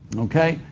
okay?